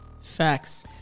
Facts